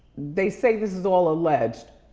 they say this is all alleged,